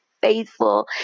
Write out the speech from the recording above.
faithful